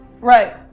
Right